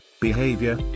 behavior